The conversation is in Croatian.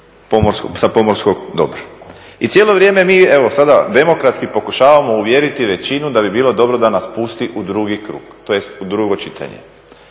tog pomorskog dobra. I cijelo vrijeme mi evo sada demokratski pokušavamo uvjeriti većinu da bi bilo dobro da nas pusti u drugi krug, tj. u drugo čitanje